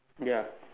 ya